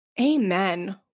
Amen